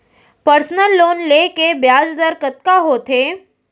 Personal loan ले के ब्याज दर कतका होथे?